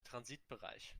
transitbereich